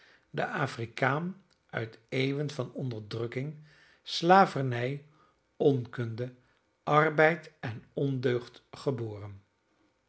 de afrikaan uit eeuwen van onderdrukking slavernij onkunde arbeid en ondeugd geboren